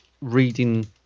reading